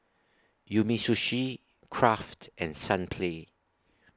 Umisushi Kraft and Sunplay